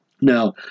Now